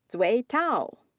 zui tao.